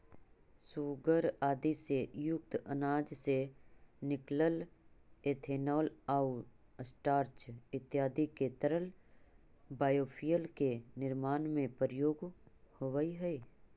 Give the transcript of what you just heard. सूगर आदि से युक्त अनाज से निकलल इथेनॉल आउ स्टार्च इत्यादि के तरल बायोफ्यूल के निर्माण में प्रयोग होवऽ हई